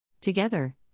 Together